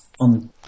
on